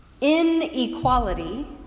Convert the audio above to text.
inequality